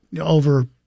over